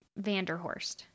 Vanderhorst